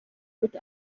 gut